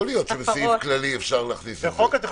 יכול להיות שבסעיף כללי אפשר להכניס את זה,